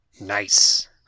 Nice